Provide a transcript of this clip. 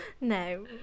No